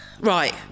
Right